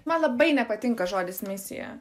man labai nepatinka žodis misija